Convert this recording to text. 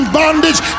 bondage